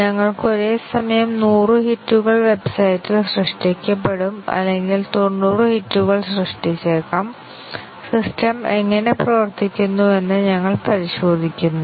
ഞങ്ങൾക്ക് ഒരേസമയം 100 ഹിറ്റുകൾ വെബ്സൈറ്റിൽ സൃഷ്ടിക്കപ്പെടും അല്ലെങ്കിൽ 90 ഹിറ്റുകൾ സൃഷ്ടിച്ചേക്കാം സിസ്റ്റം എങ്ങനെ പ്രവർത്തിക്കുന്നുവെന്ന് ഞങ്ങൾ പരിശോധിക്കുന്നു